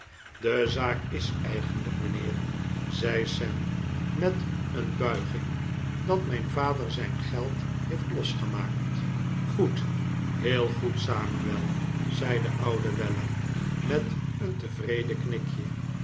de zaak is eigenlijk mijnheer zei sam met een bulging dat mijn vader zijn geld heeft losgemaakt goed heel goed samuel zei de oude weller met een tevreden knikje